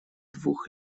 двух